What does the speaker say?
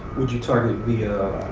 would you target via